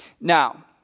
Now